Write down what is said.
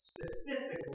specifically